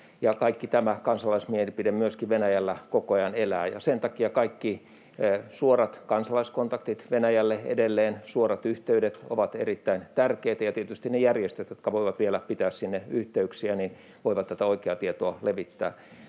Kaikki tämä kansalaismielipide myöskin Venäjällä koko ajan elää. Ja sen takia kaikki suorat kansalaiskontaktit Venäjälle, edelleen suorat yhteydet, ovat erittäin tärkeitä, ja tietysti ne järjestöt, jotka voivat vielä pitää sinne yhteyksiä, voivat tätä oikeaa tietoa levittää.